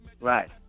right